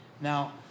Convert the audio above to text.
Now